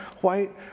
white